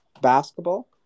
basketball